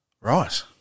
Right